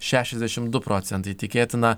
šešiasdešimt du procentai tikėtina